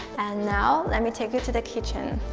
and now let me take you to the kitchen.